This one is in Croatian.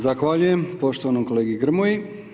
Zahvaljujem poštovanom kolegi Grmoji.